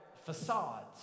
facades